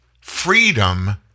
Freedom